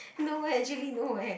no actually no eh